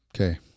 Okay